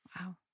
Wow